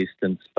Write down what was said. distance